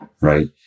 right